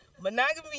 Monogamy